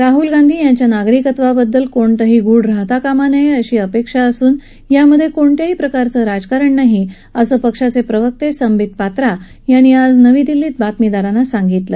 राहुल गांधी यांच्या नागरिकत्वाबद्दल कुठलही गूढ राहता कामा नये अशी अपेक्षा असून यामध्ये कुठल्याही प्रकारचं राजकारण नाही असं पक्षाचे प्रवक्ते संबित पात्रा यांनी आज नवी दिल्लीत बातमीदारांशी बोलताना सांगितलं